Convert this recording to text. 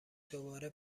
دوباره